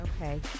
Okay